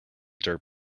dirt